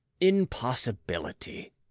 Impossibility